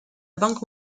banque